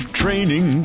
training